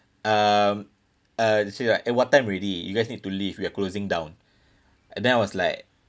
um uh she's like eh what time already you guys need to leave we are closing down and then I was like